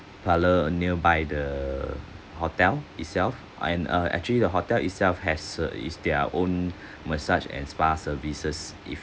parlour nearby the hotel itself and uh actually the hotel itself has a is their own massage and spa services if